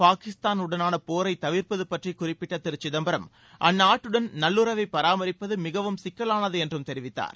பாகிஸ்தானுடனான போரை குறிப்பிட்ட தவிர்ப்பது பற்றி திரு சிதம்பரம் அந்நாட்டுடன் நல்லுறவை பராமரிப்பது மிகவும் சிக்கலானது என்றும் தெரிவித்தார்